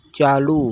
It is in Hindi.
चालू